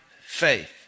faith